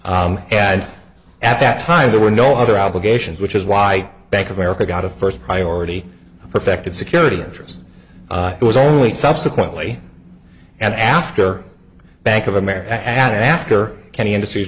e and at that time there were no other obligations which is why bank of america got a first priority perfected security interest only subsequently and after bank of america after kenny industries